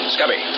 Scubby